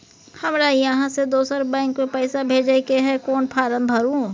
हमरा इहाँ से दोसर बैंक में पैसा भेजय के है, कोन फारम भरू?